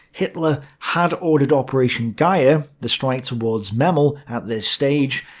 hitler had ordered operation geier the strike towards memel at this stage.